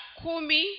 kumi